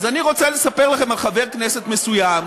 אז אני רוצה לספר לכם על חבר כנסת מסוים,